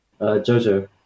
Jojo